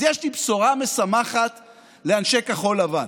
אז יש לי בשורה משמחת לאנשי כחול לבן: